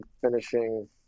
finishing